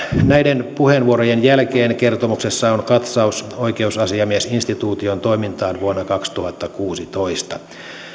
näiden puheenvuorojen jälkeen kertomuksessa on katsaus oikeusasiamiesinstituution toimintaan vuonna kaksituhattakuusitoista